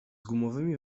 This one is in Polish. gumowymi